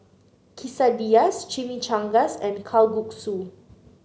Quesadillas Chimichangas and Kalguksu